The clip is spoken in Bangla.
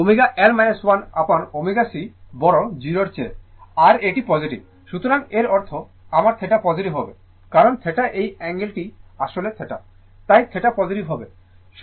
সুতরাং ω L 1 অ্যাপন ω c বড় 0 এর চেয়ে আর এটি পজিটিভ সুতরাং এর অর্থ আমার θ পজিটিভ হবে কারণ θ এই অ্যাঙ্গেল টি আসলে θ তাই θ পজিটিভ হবে